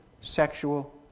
sexual